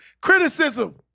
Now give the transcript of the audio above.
criticism